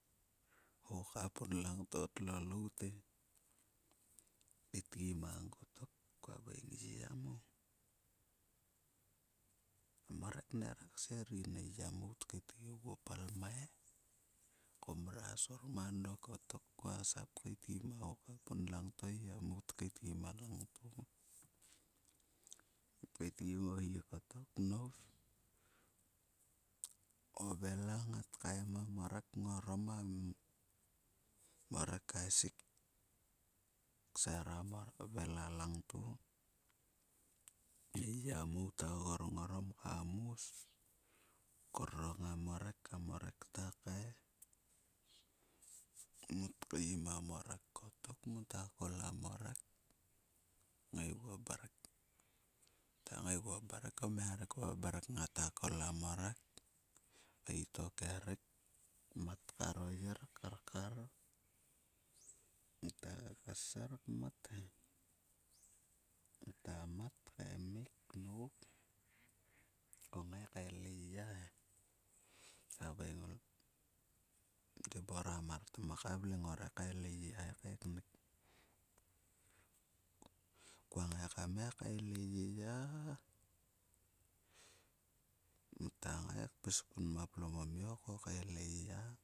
Ho ka pun langto ho loute. Titgi mang kottok ko haveng e yiya mou,"a morek nera kser yin." E yiya tkeitgi ogio palmai. Ku mrua sor ma dok kottok kua sap kaetgi ma ho ka pun langto e yiya mou tkeitgi ma langto mot keitgi mo hi ko nop. O vela ngat kaem a morek kngorom. A morek tkaesik kser a vela langto. e yiya mou ta gring orom ka mus korrong a morek. A morek ta kae. Mot keim a morek kottok matakol a morek knaigu mrek. Mota ngaigu mrek o mia ruk ku mrek ngat kol a morek. Keit o kerik mat karo yir, karkar. Ngata kasser kmat he. Ngota mat kaimik knop ku ngai kael e yiya he. Khaveing e debora. "Muaka kua ngai kam ngai kaele yiya. Mota ngai pis kun ma plomomiok ku kaele yiya.